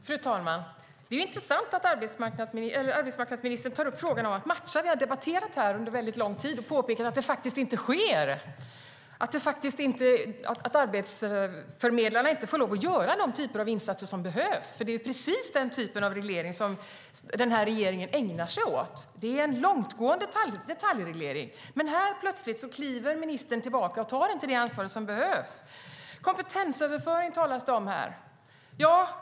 Fru talman! Det är intressant att arbetsmarknadsministern tar upp frågan om matchning som vi har debatterat under lång tid och påpekat att den faktiskt inte sker. Arbetsförmedlarna får inte göra de typer av insatser som behövs. Det är precis den typen av reglering som denna regering ägnar sig åt. Det är en långtgående detaljreglering. Men plötsligt kliver ministern här tillbaka och tar inte det ansvar som behövs. Det talas om kompetensöverföring.